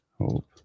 Hope